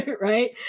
right